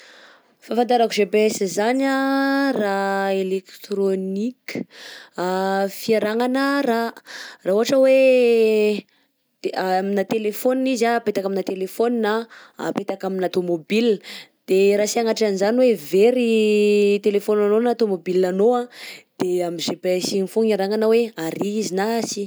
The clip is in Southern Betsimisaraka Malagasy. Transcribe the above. Fafantarako GPS zany a raha électronique fiaragnana raha raha ohatra hoe de amina téléphone izy apetaka amina téléphone, apetaka amina tomobile de raha sagnatria anjany hoe very i téléphone anao na tomobile anao de amin'ny GPS igny fogna iaragnana hoe arÿ izy na atsy.